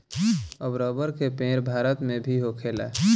अब रबर के पेड़ भारत मे भी होखेला